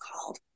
called